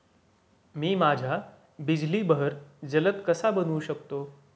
मी माझ्या बिजली बहर जलद कसा बनवू शकतो?